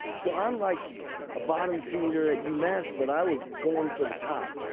so i'm like a bottom feeder at umass, but i was going for the top.